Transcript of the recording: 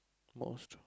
moisture